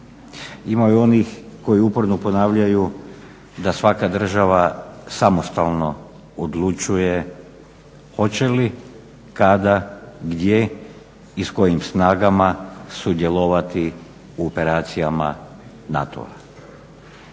Ima i onih koji uporno ponavljaju da svaka država samostalno odlučuje hoće li, kada, gdje i s kojim snagama sudjelovati u operacijama NATO-a.